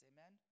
Amen